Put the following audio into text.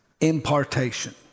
impartation